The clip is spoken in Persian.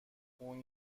اون